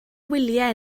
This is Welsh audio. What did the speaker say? wyliau